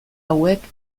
hauek